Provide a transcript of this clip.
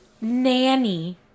Nanny